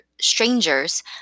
strangers